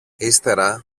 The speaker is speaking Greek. ύστερα